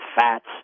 fats